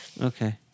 Okay